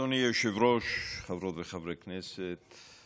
אדוני היושב-ראש, חברות וחברי הכנסת,